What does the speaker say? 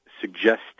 suggest